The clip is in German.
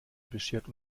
beschert